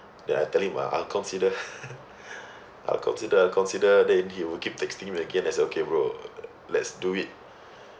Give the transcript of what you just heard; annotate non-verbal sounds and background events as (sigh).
then I tell him ah I'll consider (laughs) I'll consider I'll consider then he will keep texting me again I say okay bro let's do it (breath)